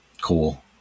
Cool